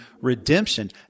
redemption